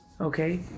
Okay